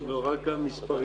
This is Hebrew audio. הקודמת: